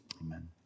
amen